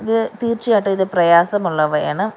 ഇത് തീർച്ചയായിട്ടും ഇത് പ്രയാസമുള്ളവയാണ്